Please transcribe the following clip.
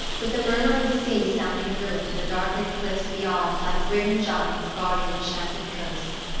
with the murmur of the sea sounding through it and the darkling cliffs beyond like grim giants guarding enchanted coasts.